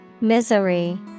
Misery